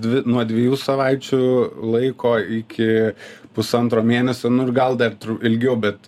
dvi nuo dviejų savaičių laiko iki pusantro mėnesio nu ir gal dar ilgiau bet